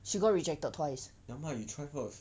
she got rejected twice